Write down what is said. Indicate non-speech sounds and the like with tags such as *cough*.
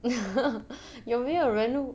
*laughs* 有没有人